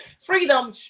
Freedom